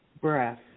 breath